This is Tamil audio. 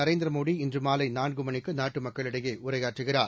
நரேந்திரமோடி இன்றுமாலைநான்குமணிக்குநாட்டுமக்களிடையேஉரையாற்றுகிறார்